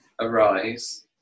arise